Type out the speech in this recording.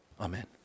Amen